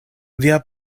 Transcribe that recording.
via